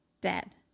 dead